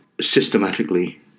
systematically